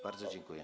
Bardzo dziękuję.